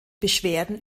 beschwerden